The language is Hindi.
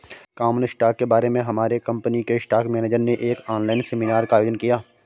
कॉमन स्टॉक के बारे में हमारे कंपनी के स्टॉक मेनेजर ने एक ऑनलाइन सेमीनार का आयोजन किया